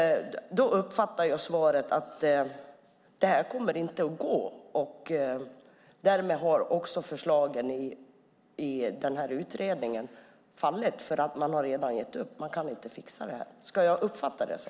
Jag uppfattar svaret att det inte kommer att gå. Därmed har förslagen i utredningen fallit, för man har redan gett upp, man kan inte fixa det. Ska jag uppfatta det så?